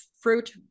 fruit